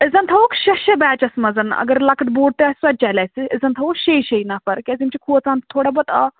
أسۍ زَن تھاوکھ شےٚ شےٚ بیچَس مَنٛز اگر لکٕٹۍ بوٹ تہِ آسہِ سۄ تہِ چَلہِ اَسہِ أسۍ زَن تھاوَو شےٚ شےٚ نفر کیٛازِ یِم چھِ کھۄژان تھوڑا بہت